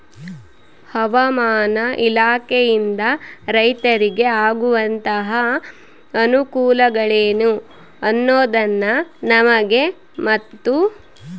ಹವಾಮಾನ ಇಲಾಖೆಯಿಂದ ರೈತರಿಗೆ ಆಗುವಂತಹ ಅನುಕೂಲಗಳೇನು ಅನ್ನೋದನ್ನ ನಮಗೆ ಮತ್ತು?